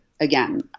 again